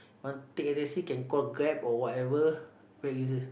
want take a taxi can call Grab or whatever very easy